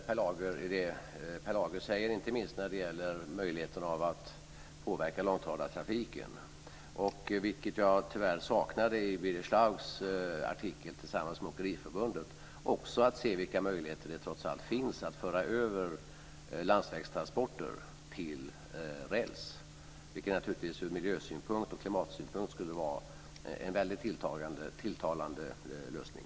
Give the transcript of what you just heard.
Fru talman! Jag är helt överens med Per Lager i det han säger inte minst när det gäller möjligheten att påverka långtradartrafiken, något som jag tyvärr saknade i den artikel Birger Schlaug skrev tillsammans med Åkeriförbundet. Vi måste se vilka möjligheter det trots allt finns att föra över landsvägstransporter till räls, vilket naturligtvis ur miljö och klimatsynpunkt skulle vara en väldigt tilltalande lösning.